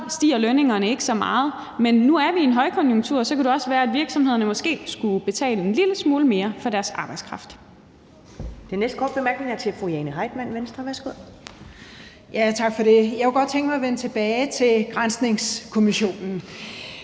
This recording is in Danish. stiger lønningerne ikke så meget, men nu er vi i en højkonjunktur, og så kunne det også være, at virksomhederne måske skulle betale en lille smule mere for deres arbejdskraft. Kl. 15:33 Første næstformand (Karen Ellemann): Den næste korte bemærkning er til fru Jane Heitmann, Venstre. Værsgo. Kl. 15:33 Jane Heitmann (V): Tak for det. Jeg kunne godt tænke mig at vende tilbage til granskningskommissionen.